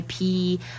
IP